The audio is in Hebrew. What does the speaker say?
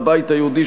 הבית היהודי,